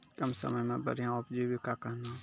कम समय मे बढ़िया उपजीविका कहना?